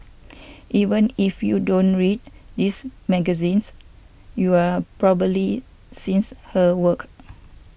even if you don't read this magazines you are probably seems her work